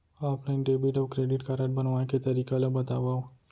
Offline debit अऊ credit card बनवाए के तरीका ल बतावव?